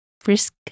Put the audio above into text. Frisk